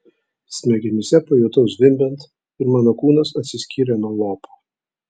smegenyse pajutau zvimbiant ir mano kūnas atsiskyrė nuo lopo